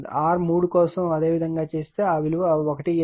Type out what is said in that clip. R3 కోసం అదే విధంగా చేస్తే ఆ విలువ 186509